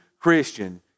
Christian